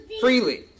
freely